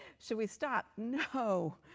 should we stop? no.